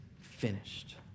finished